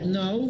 no